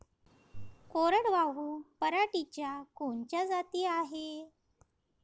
कोरडवाहू पराटीच्या कोनच्या जाती हाये?